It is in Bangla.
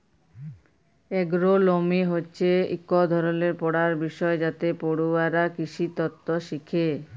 এগ্রোলমি হছে ইক ধরলের পড়ার বিষয় যাতে পড়ুয়ারা কিসিতত্ত শিখে